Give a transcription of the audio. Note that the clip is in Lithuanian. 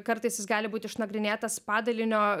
kartais jis gali būt išnagrinėtas padalinio